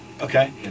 Okay